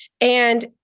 And-